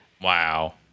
wow